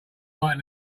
right